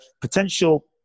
potential